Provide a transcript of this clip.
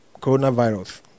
coronavirus